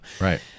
Right